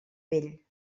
vell